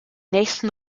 nächsten